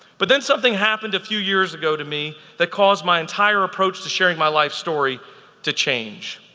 but then something happened a few years ago to me that caused my entire approach to sharing my life story to change.